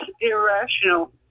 irrational